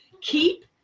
keep